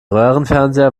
röhrenfernseher